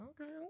Okay